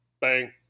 bang